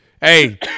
hey